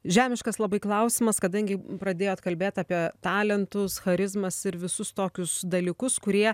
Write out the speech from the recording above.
žemiškas labai klausimas kadangi pradėjot kalbėt apie talentus charizmas ir visus tokius dalykus kurie